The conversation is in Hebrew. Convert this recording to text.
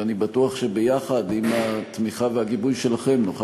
ואני בטוח שיחד עם התמיכה והגיבוי שלכם נוכל